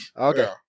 Okay